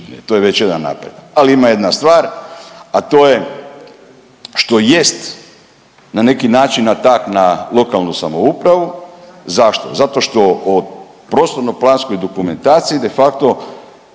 To je već jedan napredak, ali ima jedna stvar, a to je što jest na neki način atak na lokalnu samoupravu. Zašto? Zato što o prostorno planskoj dokumentaciji de facto